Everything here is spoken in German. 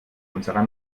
unserer